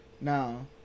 No